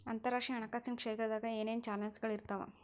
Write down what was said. ಅಂತರರಾಷ್ಟ್ರೇಯ ಹಣಕಾಸಿನ್ ಕ್ಷೇತ್ರದಾಗ ಏನೇನ್ ಚಾಲೆಂಜಸ್ಗಳ ಇರ್ತಾವ